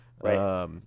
right